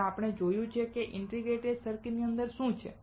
અને આપણે જોયું છે કે ઇન્ટિગ્રેટેડ સર્કિટની અંદર શું છે